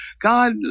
God